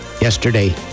yesterday